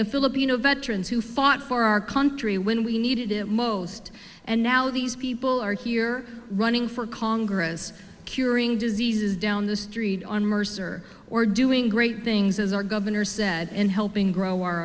the filipino veterans who fought for our country when we needed it most and now these people are here running for congress curing diseases down the street on mercer or doing great things as our governor said and helping grow our